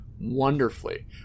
wonderfully